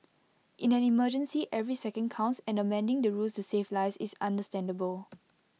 in an emergency every second counts and amending the rules to save lives is understandable